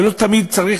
ולא תמיד צריך